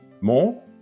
more